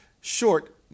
short